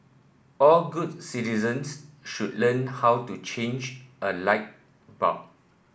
all good citizens should learn how to change a light bulb